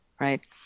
Right